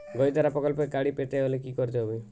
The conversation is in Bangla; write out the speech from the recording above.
গতিধারা প্রকল্পে গাড়ি পেতে হলে কি করতে হবে?